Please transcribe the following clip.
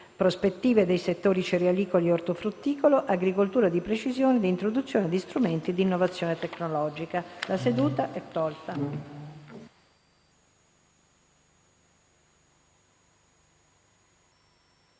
prospettive dei settori cereralicolo e ortofrutticolo, agricoltura di precisione e introduzione di strumenti di innovazione tecnologica. **Sulla